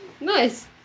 Nice